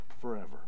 forever